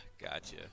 gotcha